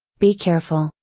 be careful,